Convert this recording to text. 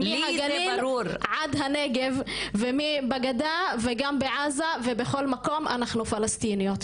מהגליל עד הנגב ומבגדה וגם בעזה ובכל מקום אנחנו פלסטיניות,